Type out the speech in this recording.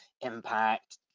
impact